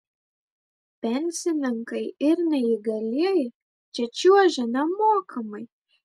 pensininkai ir neįgalieji čia čiuožia nemokamai